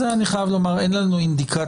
אני חייב לומר שאין לנו אינדיקציה